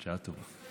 בשעה טובה.